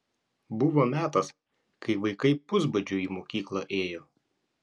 buvo metas kai vaikai pusbadžiu į mokyklą ėjo